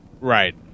Right